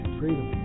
freedom